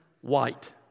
white